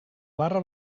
barra